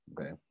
okay